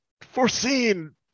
foreseen